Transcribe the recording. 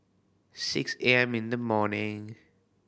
six A M in the morning